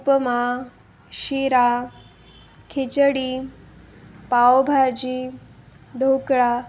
उपमा sheera khichdi pav bhaji dhokla